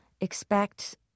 expect